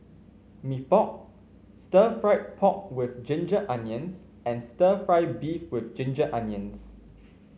Mee Pok Stir Fried Pork with Ginger Onions and stir fry beef with Ginger Onions